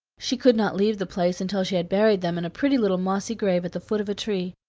she could not leave the place until she had buried them in a pretty little mossy grave at the foot of a tree,